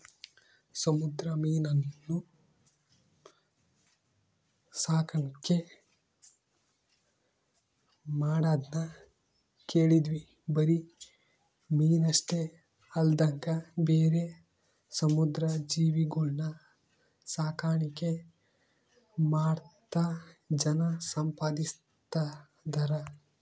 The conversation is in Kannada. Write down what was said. ಸಮುದ್ರ ಮೀನುನ್ನ ಸಾಕಣ್ಕೆ ಮಾಡದ್ನ ಕೇಳಿದ್ವಿ ಬರಿ ಮೀನಷ್ಟೆ ಅಲ್ದಂಗ ಬೇರೆ ಸಮುದ್ರ ಜೀವಿಗುಳ್ನ ಸಾಕಾಣಿಕೆ ಮಾಡ್ತಾ ಜನ ಸಂಪಾದಿಸ್ತದರ